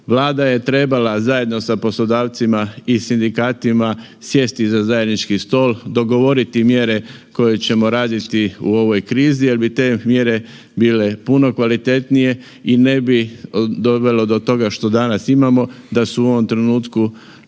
Vlada je trebala zajedno sa poslodavcima i sindikatima sjesti za zajednički stol, dogovoriti mjere koje ćemo raditi u ovoj krizi jer bi te mjere bile puno kvalitetnije i ne bi dovelo do toga što danas imamo, da su u ovom trenutku